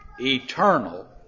eternal